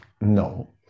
no